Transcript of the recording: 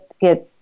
get